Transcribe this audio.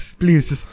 please